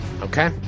Okay